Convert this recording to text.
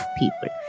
people